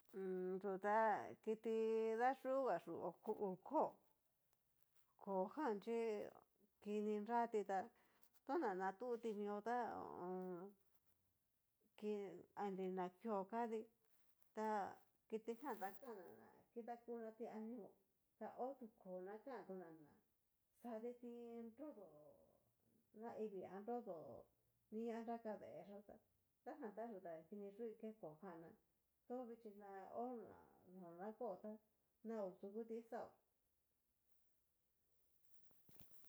yu ta kiti dayuga yú hú koo, koo jan chí kini nrati tá, tona tuti mio ta ho o on ki inri na kió katí, ta kitijan ta kan'na na kidakunati animaó, a ho tu koo na kantuna na xadí ti nrodo naivii a nrodo ni anraka dee yó tá, xajan ta yú ta kini yúi ke koo jan ná, tovixhi ho na nó na kó tá naodukuti xaó.